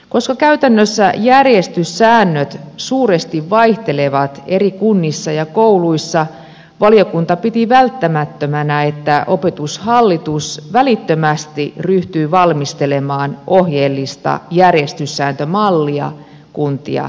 koska käytännössä järjestyssäännöt suuresti vaihtelevat eri kunnissa ja kouluissa valiokunta piti välttämättömänä että opetushallitus välittömästi ryhtyy valmistelemaan ohjeellista järjestyssääntömallia kuntia varten